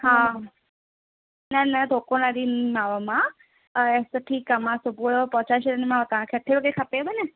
हा न न धोखो न ॾींदीमाव मां ऐं त ठीकु आहे मां सुबुह जो पोहचाए छॾींदीमाव तव्हांखे अठे वगे खपेव न